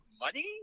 money